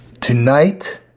Tonight